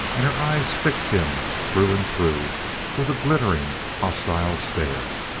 and her eyes fixed him through and through with a glittering, hostile stare.